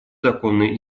законные